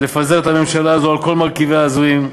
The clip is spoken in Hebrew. לפזר את הממשלה הזו על כל מרכיביה ההזויים,